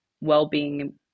well-being